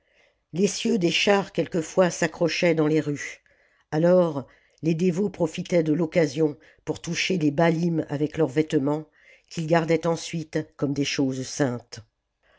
énorme l'essieu des chars quelquefois s'accrochait dans les rues alors les dévots profitaient de foccasion pour toucher les baaiim avec leurs vêtements qu'ils gardaient ensuite comme des choses saintes